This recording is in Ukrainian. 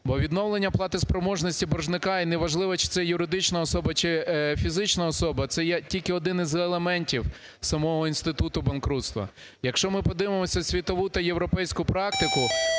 Бо відновлення платоспроможності боржника, і неважливо, чи це юридична особа, чи фізична особа, це є тільки один з елементів самого інституту банкрутства. Якщо ми подивимося світову та європейську практику,